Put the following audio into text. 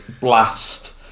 blast